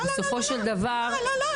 לא, לא, לא.